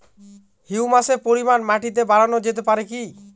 হিউমাসের পরিমান মাটিতে বারানো যেতে পারে কি?